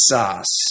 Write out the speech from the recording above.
Sauce